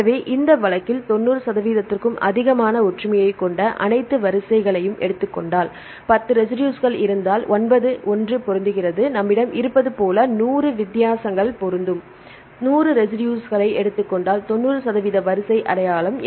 எனவே இந்த வழக்கில் 90 சதவிகிதத்திற்கும் அதிகமான ஒற்றுமையைக் கொண்ட அனைத்து வரிசைகளையும் எடுத்துக் கொண்டால் 10 ரெசிடுஸ்கள் இருந்தால் ஒன்பது ஒன்று பொருந்துகிறது நம்மிடம் இருப்பது போல 100 வித்தியாசங்கள் 90 பொருந்தும் 100 ரெசிடுஸ்களை எடுத்துக் கொண்டால் 90 சதவீத வரிசை அடையாளம்